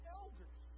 elders